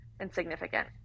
insignificant